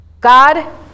God